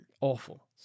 Awful